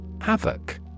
Havoc